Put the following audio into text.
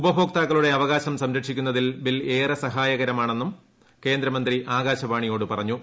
ഉപഭോക്താക്കളുടെ അവകാശം സംരക്ഷിക്കുന്നതിൽ ബിൽ ഏറെ സഹായകരമാകുമെന്നും കേന്ദ്രമന്ത്രി ആകാശവാണിയോട് പറ്റഞ്ഞു